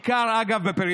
אגב, בעיקר בפריפריה.